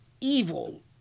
evil